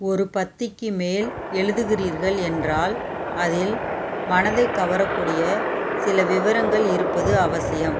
ஒரு பத்திக்கு மேல் எழுதுகிறீர்கள் என்றால் அதில் மனதைக் கவரக்கூடிய சில விவரங்கள் இருப்பது அவசியம்